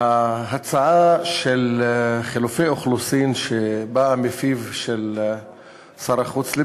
ההצעות הראשונות, מס' 2131,